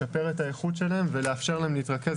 לשפר את האיכות שלהם ולאפשר להם להתרכז,